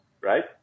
right